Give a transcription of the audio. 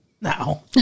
now